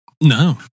No